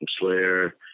Slayer